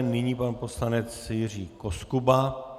Nyní pan poslanec Jiří Koskuba.